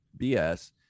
BS